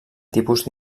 tipus